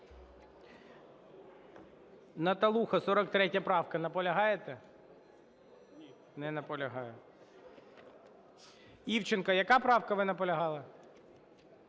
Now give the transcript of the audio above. Наталуха, 43 правка. Наполягаєте? Не наполягає. Івченко, яка правка? Ви наполягали.